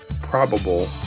probable